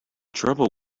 trouble